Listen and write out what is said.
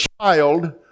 child